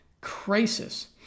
crisis